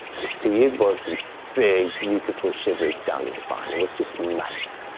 to see it was big, beautiful shivers down your spine, it was just magical.